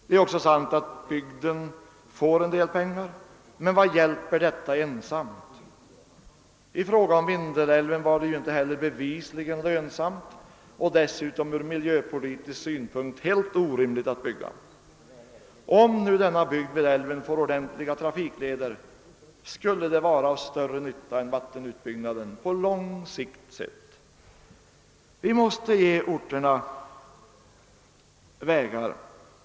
Det är också sant att bygden får en del pengar, men vad hjälper detta ensamt? I fråga om Vindelälven var utbyggnaden heller inte bevisligen lönsam, och dessutom var det ur miljöpolitisk synpunkt helt orimligt att bygga. Om nu denna bygd vid älven får ordentliga trafikleder, skulle det vara av större nytta än vattenutbyggnaden, på lång sikt sett. Vi måste ge dessa orter vägar.